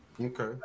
Okay